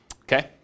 okay